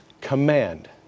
Command